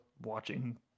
watching